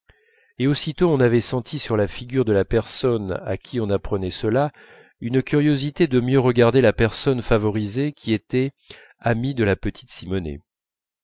et aussitôt on avait senti sur la figure de la personne à qui on apprenait cela une curiosité de mieux regarder la personne favorisée qui était amie de la petite simonet